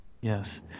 Yes